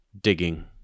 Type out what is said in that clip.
digging